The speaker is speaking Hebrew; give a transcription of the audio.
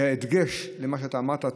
בדגש על מה שאמרת,